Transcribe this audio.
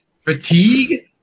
fatigue